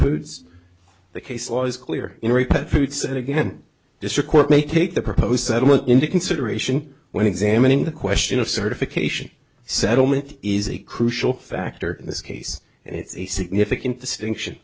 foods the case law is clear in repeat fruits and again district court may take the proposed settlement into consideration when examining the question of certification settlement is a crucial factor in this case and it's a significant distinction